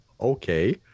Okay